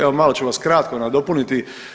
Evo, malo ću vas kratko nadopuniti.